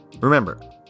remember